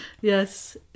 Yes